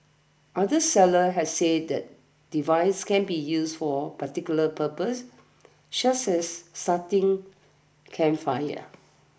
other sellers have said the device can be used for particular purposes such as starting campfires